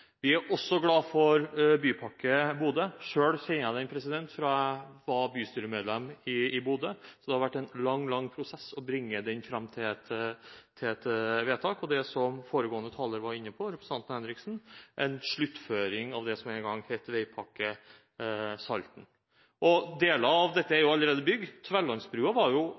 Vi er også glade for Bypakke Bodø. Selv kjenner jeg den fra da jeg var bystyremedlem i Bodø, så det har vært en lang prosess å bringe dette fram til et vedtak og en sluttføring av det som en gang het Veipakke Salten, som den foregående taleren, representanten Henriksen, var inne på. Deler av dette er allerede bygd. Tverlandsbrua var